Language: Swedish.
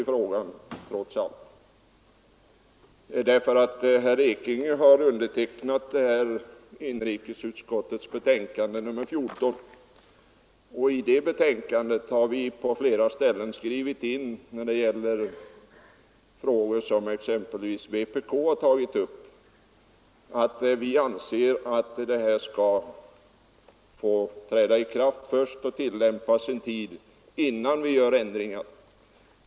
Herr Ekinge har ju deltagit i behandlingen av inrikesutskottets betänkande nr 14, i vilket vi på flera ställen, exempelvis beträffande de frågor som vpk har tagit upp, har skrivit in att vi anser att bestämmelserna skall få tillämpas en tid innan ändringar görs.